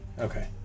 Okay